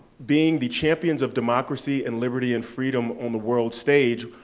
being the champions of democracy and liberty and freedom on the world stage,